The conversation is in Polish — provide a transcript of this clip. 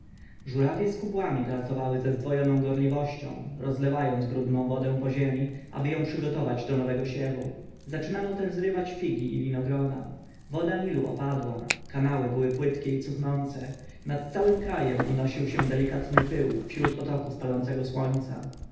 żórawie z kubłami pracowały ze zdwojoną gorliwością rozlewając brudną wodę po ziemi aby ją przygotować do nowego siewu zaczynano też zrywać figi i winogrona woda nilu opadła kanały były płytkie i cuchnące nad całym krajem unosił się delikatny pył wśród potoków palącego słońca